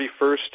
31st